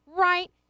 right